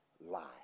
lie